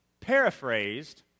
Paraphrased